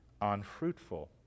unfruitful